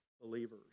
believers